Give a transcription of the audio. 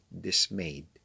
dismayed